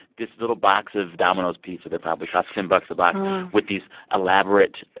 this little box of domino's pizza that probably cost ten bucks a box with these elaborate,